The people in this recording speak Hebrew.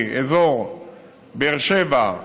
מאזור באר שבע,